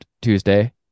Tuesday